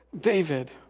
David